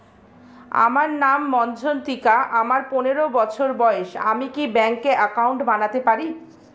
আমার নাম মজ্ঝন্তিকা, আমার পনেরো বছর বয়স, আমি কি ব্যঙ্কে একাউন্ট বানাতে পারি?